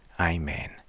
Amen